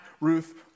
Ruth